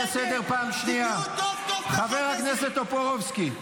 חבר הכנסת טופורובסקי,